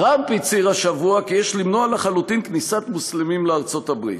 טראמפ הצהיר השבוע כי יש למנוע לחלוטין כניסת מוסלמים לארצות-הברית.